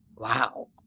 Wow